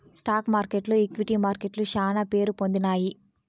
stock మార్కెట్లు equity మార్కెట్లు శానా పేరుపొందినాయి